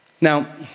Now